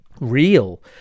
real